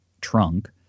trunk